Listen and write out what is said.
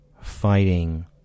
fighting